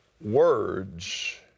words